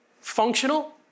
functional